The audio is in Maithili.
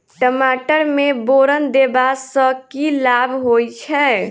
टमाटर मे बोरन देबा सँ की लाभ होइ छैय?